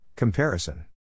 Comparison